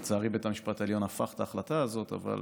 לצערי, בית המשפט העליון הפך את ההחלטה הזאת, אבל